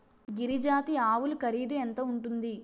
గిరి జాతి ఆవులు ఖరీదు ఎంత ఉంటుంది?